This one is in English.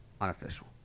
unofficial